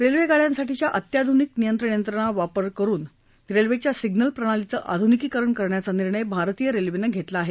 railway गाड्यांसाठीच्या अत्याधुनिक नियंत्रण यंत्रणा वापर करून रेल्वेच्या सिग्नल प्रणालीचं आधुनिकीकरण करायचा निर्णय भारतीय रेल्वेनं घेतला आहे